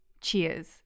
Cheers